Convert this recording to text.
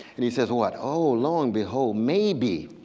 and he says what oh low and behold maybe